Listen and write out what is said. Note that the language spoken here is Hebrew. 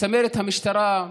צמרת המשטרה,